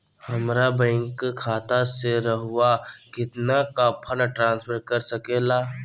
हमरा बैंक खाता से रहुआ कितना का फंड ट्रांसफर कर सके ला?